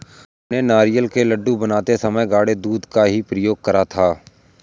हमने नारियल के लड्डू बनाते समय गाढ़े दूध का ही प्रयोग करा था